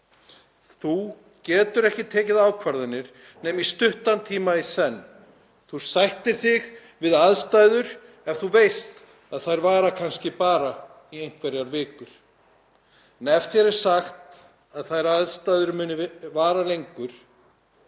Þú getur ekki tekið ákvarðanir nema í stuttan tíma í senn. Þú sættir þig við aðstæður ef þú veist að þær vara kannski bara í einhverjar vikur. En ef þér er sagt að þær aðstæður muni vara lengur